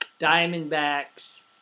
Diamondbacks